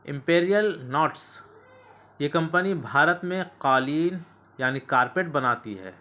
Imperial Knots یہ company Bharat میں قالین یعنی کارپیٹ بناتی ہے